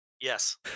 Yes